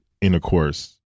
intercourse